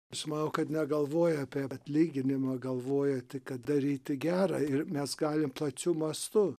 aš manau kad negalvoja apie atlyginimą galvoja tik kad daryti gera ir mes galim plačiu mastu